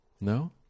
No